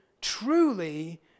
truly